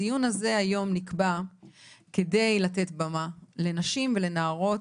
הדיון הזה היום נקבע על מנת לתת במה לנשים ונערות,